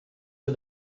for